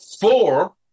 four